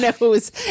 knows